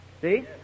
See